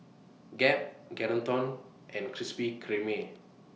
Gap Geraldton and Krispy Kreme